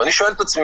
ואני שואל את עצמי,